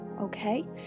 okay